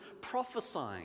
prophesying